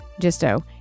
Gisto